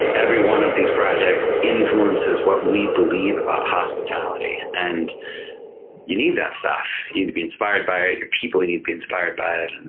every one of these projects influences what we believe about hospitality. and you need that stuff. you need to be inspired by people. you need to be inspired by it. and